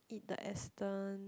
eat the Astons